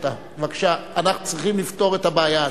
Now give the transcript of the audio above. אנחנו צריכים לפתור את הבעיה הזאת.